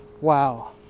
Wow